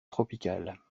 tropicales